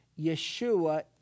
Yeshua